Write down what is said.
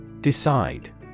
Decide